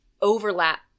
overlap